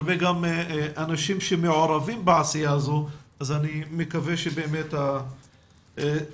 הרבה אנשים שמעורבים בעשייה הזו אז אני מקווה שבאמת תימצא